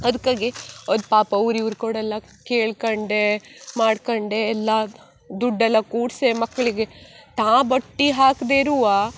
ಅದ್ಕಾಗಿ ಅದು ಪಾಪ ಅವ್ರು ಇವ್ರು ಕೊಡಲ್ಲ ಕೇಳ್ಕೊಂಡೆ ಮಾಡ್ಕೊಂಡೆ ಎಲ್ಲ ದುಡ್ಡೆಲ್ಲ ಕೂಡ್ಸಿ ಮಕ್ಕಳಿಗೆ ತಾ ಬಟ್ಟಿ ಹಾಕ್ದೆರೂ